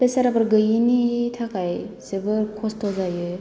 बेसाराफोर गैयिनि थाखाय जोबोर खस्थ' जायो